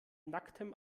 nacktem